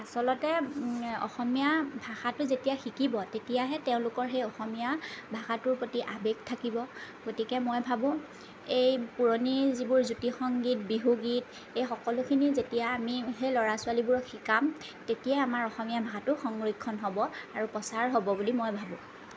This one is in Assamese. আচলতে অসমীয়া ভাষাটো যেতিয়া শিকিব তেতিয়াহে তেওঁলোকৰ সেই অসমীয়া ভাষাটোৰ প্ৰতি আবেগ থাকিব গতিকে মই ভাবোঁ এই পুৰণি যিবোৰ জ্যোতি সংগীত বিহুগীত এই সকলোখিনি যেতিয়া আমি সেই ল'ৰা ছোৱালীবোৰক শিকাম তেতিয়া আমাৰ অসমীয়া ভাষাটো সংৰক্ষণ হ'ব আৰু প্ৰচাৰ হ'ব বুলি মই ভাবোঁ